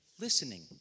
listening